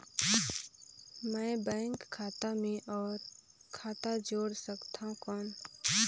मैं बैंक खाता मे और खाता जोड़ सकथव कौन?